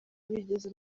bigeze